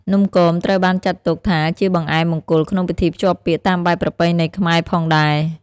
នំគមត្រូវបានចាត់ទុកថាជាបង្អែមមង្គលក្នុងពិធីភ្ជាប់ពាក្យតាមបែបប្រពៃណីខ្មែរផងដែរ។